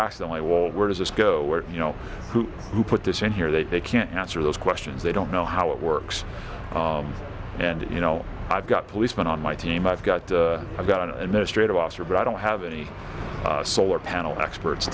why wall where does this go where you know who who put this in here that they can't answer those questions they don't know how it works and you know i've got policemen on my team i've got i've got an administrative officer but i don't have any solar panel experts